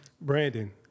Brandon